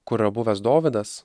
kurio buvęs dovydas